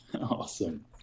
awesome